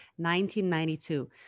1992